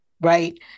right